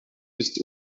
ist